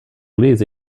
lese